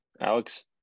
Alex